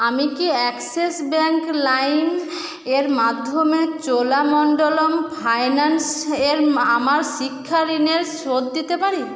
আমি কি Axis Bank লাইমের মাধ্যমে চোলামণ্ডলম ফাইন্যান্সে আমার শিক্ষা ঋণের শোধ দিতে পারি